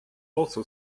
also